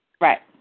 Right